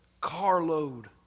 carload